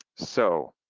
so,